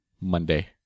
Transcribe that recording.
monday